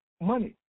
money